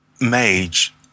mage